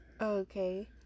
Okay